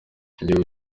igihugu